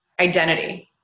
identity